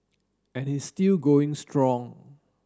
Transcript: and he is still going strong